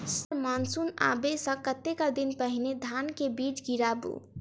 Sir monsoon आबै सऽ कतेक दिन पहिने धान केँ बीज गिराबू?